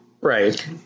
Right